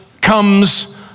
comes